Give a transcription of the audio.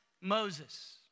Moses